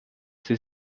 sie